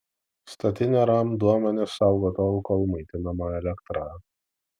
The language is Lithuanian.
statinė ram duomenis saugo tol kol maitinama elektra